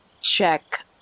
check